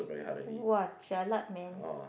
!wow! jialat man